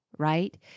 right